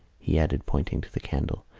he added, pointing to the candle,